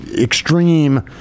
extreme